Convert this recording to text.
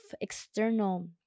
external